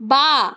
বাঁ